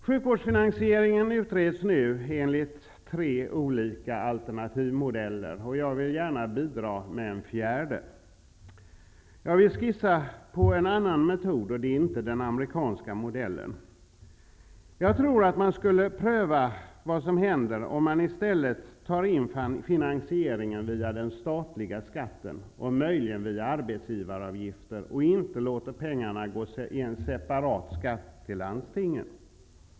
Sjukvårdsfinansieringen utreds nu enligt tre olika alternativmodeller, och jag vill gärna bidra med en fjärde. Jag vill skissa på en annan metod. Det är inte den amerikanska modellen. Jag tror att vi skulle pröva vad som händer om vi stället tar in finansieringen via den statliga skatten och möjligen via arbetsavgifter och inte låter pengarna gå in genom en separat skatt till landstingen.